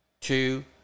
Two